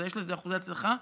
יש לזה אחוזי הצלחה,